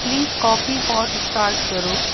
please coffee pot start کرو